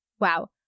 Wow